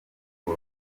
ngo